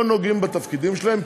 לא נוגעים בתפקידים שלהם,